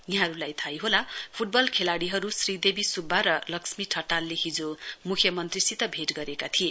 यहाँहरुलाई थाहै होला फुटबल खेलाड़ीहरु श्रीदेवी सुब्बी र लक्ष्मी ठटालले हिजो मुख्यमन्त्री सित भेट गरेका थिए